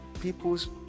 people's